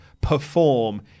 perform